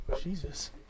Jesus